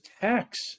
tax